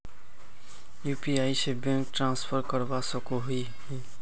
UPI से bank transfer करवा सकोहो ही?